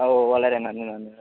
ഓ വളരെ നന്ദി നന്ദി